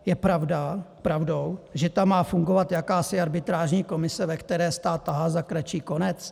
Je pravdou, že tam má fungovat jakási arbitrážní komise, ve které stát tahá za kratší konec?